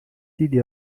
دیدی